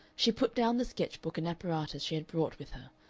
she put down the sketch-books and apparatus she had brought with her,